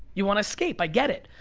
you wanna escape, i get it.